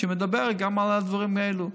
שמדבר גם על הדברים האלה.